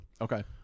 Okay